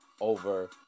over